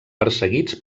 perseguits